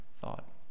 thought